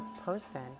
person